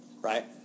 right